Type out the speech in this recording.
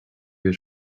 wir